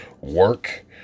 work